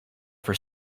for